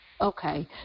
okay